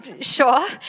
sure